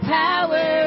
power